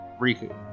Riku